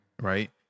right